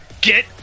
Get